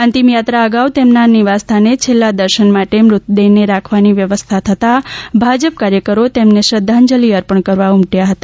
અંતિમ યાત્રા અગાઉ તેમના નિવાસ સ્થાને છેલ્લા દર્શન માટે મૃતદેહને રાખવાની વ્યવસ્થા થતાં ભાજપ કાર્યકરો તેમને શ્રદ્ધાંજલી અર્પણ કરવા ઉમટ્યા હતા